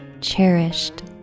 cherished